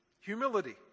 humility